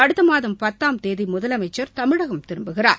அடுத்த மாதம் பத்தாம் தேதி முதலமைச்சர் தமிழகம் திரும்புகிறார்